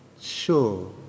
sure